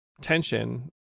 tension